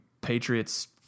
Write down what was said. Patriots